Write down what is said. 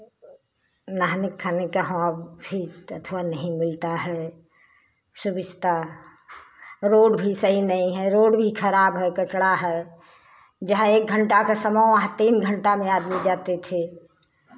नहाने खाने का हाँ भी थोड़ा नहीं मिलता है सुविधा रोड भी सही नहीं है रोड भी खराब है कचड़ा है जहाँ एक घंटा का समय वहाँ तीन घंटा में आदमी जाते थे